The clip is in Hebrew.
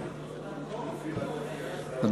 בבקשה.